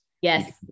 Yes